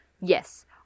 Yes